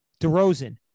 DeRozan